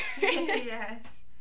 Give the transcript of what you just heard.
Yes